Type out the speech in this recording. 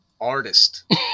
artist